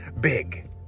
big